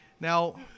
Now